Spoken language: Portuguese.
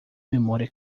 memória